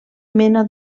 mena